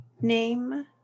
name